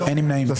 הצבעה לא אושרו.